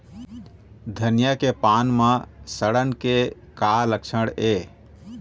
धनिया के पान म सड़न के का लक्षण ये?